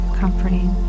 comforting